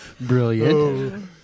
brilliant